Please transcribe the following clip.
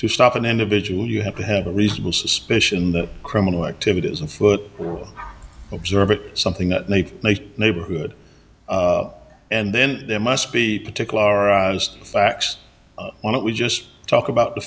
to stop an individual you have to have a reasonable suspicion that criminal activity is afoot observe it something that they place a neighborhood and then there must be a particular facts why don't we just talk about the